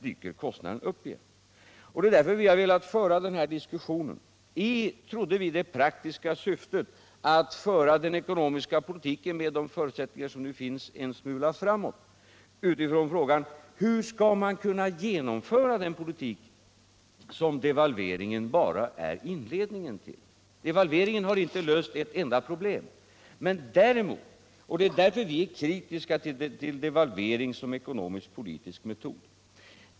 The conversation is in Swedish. Det är därför vi har velat föra den här diskussionen — i, trodde vi, det viktiga syftet att föra den ekonomiska politiken med de förutsättningar som nu finns en smula framåt — utifrån frågan: Hur skall man kunna genomföra den politik som devalveringen bara är inledningen till? Devalveringen löser i sig inga problem, och därför är vi kritiska till devalvering som ekonomisk-politisk metod.